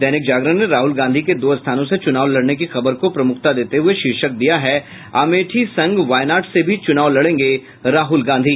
दैनिक जागरण ने राहुल गांधी के दो स्थानों से चुनाव लड़ने की खबर को प्रमुखता देते हुये शीर्षक दिया है अमेठी संग वायनाड से भी चुनाव लडेंगे राहुल गांधी